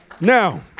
Now